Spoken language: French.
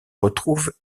retrouvent